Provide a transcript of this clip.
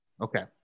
okay